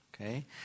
Okay